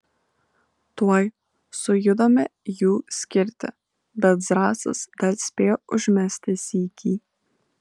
tuoj sujudome jų skirti bet zrazas dar spėjo užmesti sykį